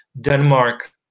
Denmark